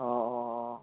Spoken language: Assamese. অ' অ' অ'